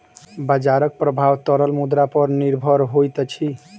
बजारक प्रभाव तरल मुद्रा पर निर्भर होइत अछि